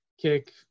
kick